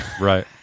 Right